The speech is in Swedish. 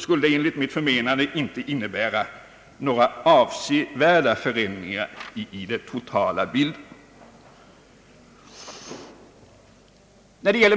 skulle det enligt mitt förmenande inte medföra några avsevärda förändringar i den totala bilden.